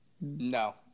No